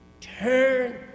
turn